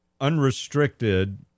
unrestricted